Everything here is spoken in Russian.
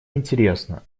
интересно